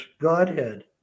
Godhead